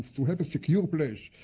to have a secure place,